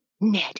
Ned